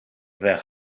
weg